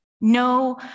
no